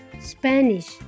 Spanish